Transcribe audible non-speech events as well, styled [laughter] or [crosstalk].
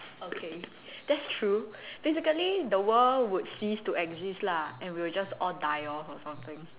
[laughs] okay that's true basically the world would cease to exist lah and we will just all die off or something